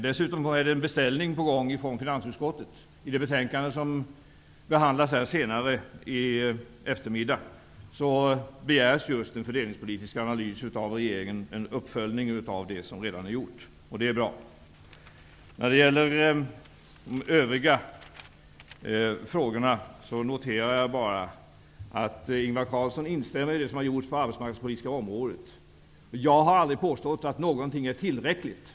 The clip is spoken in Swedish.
Dessutom är en beställning från finansutskottet på gång. I det betänkande som behandlas senare i eftermiddag begär riksdagen just en fördelningspolitisk analys av regeringen, en uppföljning av den som redan har gjorts. Det är bra. När det gäller övriga frågor noterar jag att Ingvar Carlsson ställer sig bakom det som har gjorts på det arbetsmarknadspolitiska området. Jag har aldrig påstått att det är tillräckligt.